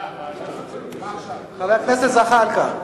חבר הכנסת זחאלקה,